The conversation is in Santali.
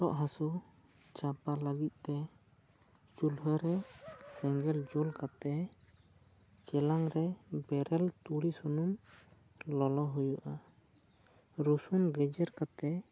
ᱚᱦᱚᱜ ᱦᱟᱹᱥᱩ ᱪᱟᱵᱟ ᱞᱟᱹᱜᱤᱫ ᱛᱮ ᱪᱩᱞᱦᱟᱹ ᱨᱮ ᱥᱮᱸᱜᱮᱞ ᱡᱩᱞ ᱠᱟᱛᱮ ᱪᱮᱞᱟᱝ ᱨᱮ ᱵᱮᱨᱮᱞ ᱛᱩᱲᱤ ᱥᱩᱱᱩᱢ ᱞᱚᱞᱚ ᱦᱩᱭᱩᱜᱼᱟ ᱨᱚᱥᱩᱱ ᱜᱮᱡᱮᱨ ᱠᱟᱛᱮ